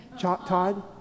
Todd